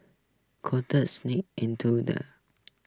cockroaches into the